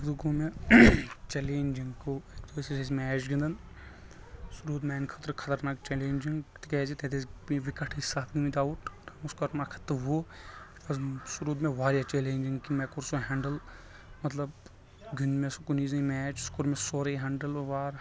اکہِ دۄہ گوٚو مےٚ چلینج گوٚو اکہِ دۄہ أسۍ میچ گِندان سُہ روٗد میٛانہِ خأطرٕ خطرناک چلینجِنگ تِکیٛازِ تتہِ أسۍ بیٚیہِ وِکٹ أسۍ سَتھ گٔمٕتۍ اوُٹ رن اوس کرُن اکھ ہَتھ تہٕ وُہ سُہ روٗد مےٚ واریاہ چلینجِنگ کہ مےٚ کوٚر سُہ ہٮ۪نڈٕل مطلب گیوٚند مےٚ سُہ کُنی زٔنۍ میچ کوٚر مےٚ سورٕے ہٮ۪نٛڈٕل